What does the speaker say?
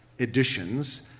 editions